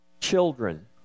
children